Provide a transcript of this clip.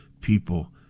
people